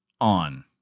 on